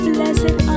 Blessed